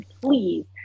please